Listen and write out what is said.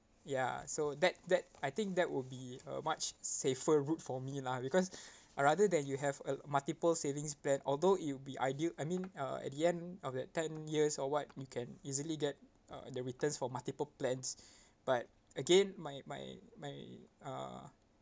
ya so that that I think that would be a much safer route for me lah because rather than you have a multiple savings plan although it would be ideal I mean uh at the end of that ten years or [what] you can easily get uh the returns for multiple plans but again my my my uh